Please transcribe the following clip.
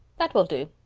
that will do.